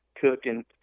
cooking